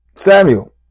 Samuel